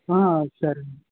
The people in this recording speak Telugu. సరే